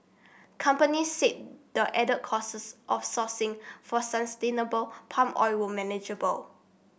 companies said the added costs of sourcing for sustainable palm oil were manageable